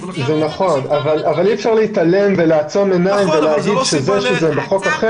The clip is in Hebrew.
זה נכון אבל אי אפשר להתעלם ולעצום עיניים ולהגיד שזה בחוק אחר,